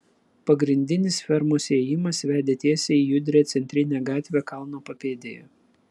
pagrindinis fermos įėjimas vedė tiesiai į judrią centrinę gatvę kalno papėdėje